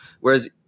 Whereas